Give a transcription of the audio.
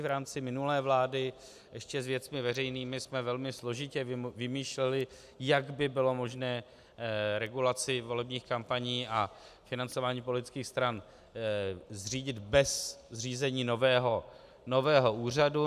V rámci minulé vlády ještě s Věcmi veřejnými jsme velmi složitě vymýšleli, jak by bylo možné regulaci volebních kampaní a financování politických stran zřídit bez zřízení nového úřadu.